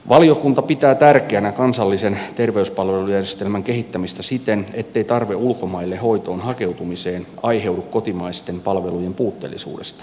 valiokunta pitää tärkeänä kansallisen terveyspalvelujärjestelmän kehittämistä siten ettei tarve ulkomaille hoitoon hakeutumiseen aiheudu kotimaisten palvelujen puutteellisuudesta